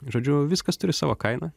žodžiu viskas turi savo kainą